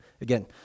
again